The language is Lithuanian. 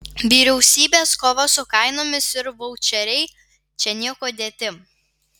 vyriausybės kova su kainomis ir vaučeriai čia niekuo dėti